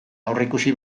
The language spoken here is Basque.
aurreikusi